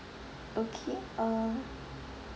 okay uh